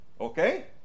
Okay